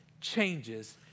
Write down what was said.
changes